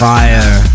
fire